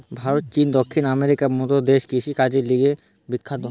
ভারত, চীন, দক্ষিণ আমেরিকার মত দেশ কৃষিকাজের লিগে বিখ্যাত